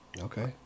Okay